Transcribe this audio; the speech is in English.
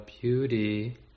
beauty